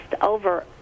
over